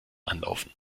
anlaufen